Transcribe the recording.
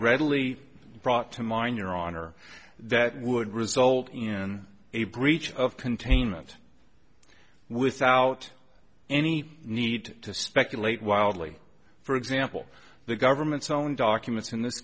readily brought to mind your honor that would result in a breach of containment without any need to speculate wildly for example the government's own documents in this